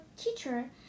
teacher